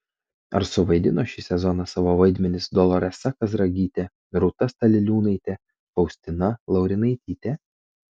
ar suvaidino šį sezoną savo vaidmenis doloresa kazragytė rūta staliliūnaitė faustina laurinaitytė